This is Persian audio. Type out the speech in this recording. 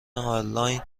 آنلاین